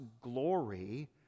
glory